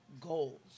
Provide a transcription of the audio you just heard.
goals